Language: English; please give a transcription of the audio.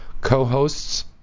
co-hosts